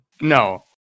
No